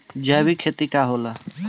जैविक खेती का होखेला?